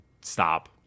Stop